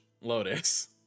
Lotus